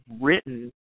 written